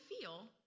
feel